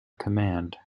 command